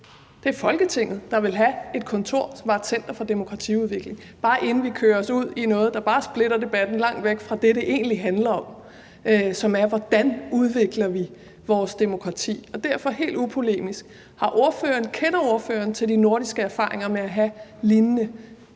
Det er Folketinget, der ville have et kontor, som var et center for demokratiudvikling – bare inden vi kører os ud i noget, der bare splitter debatten og får den langt væk fra det, det egentlig handler om, og som er, hvordan vi udvikler vores demokrati. Derfor vil jeg helt upolemisk spørge: Kender ordføreren til de nordiske erfaringer med at have lignende kontorer,